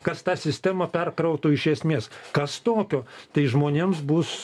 kas tą sistemą perkrautų iš esmės kas tokio tai žmonėms bus